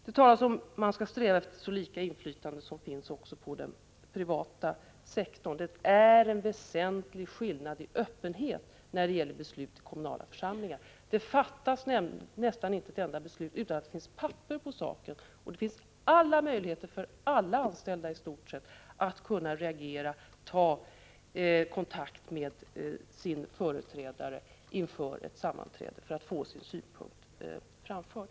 Det sägs att man bör sträva efter samma inflytande som finns i den privata sektorn. Det är emellertid en väsentlig skillnad i öppenhet när det gäller beslut i kommunala församlingar och i den privata sektorn. Det fattas i kommunala församlingar nästan inte ett enda beslut utan att det finns papper på saken. I stort sett alla anställda har alla möjligheter att reagera och ta kontakt med sin politiska företrädare inför ett sammanträde för att få sin synpunkt framförd.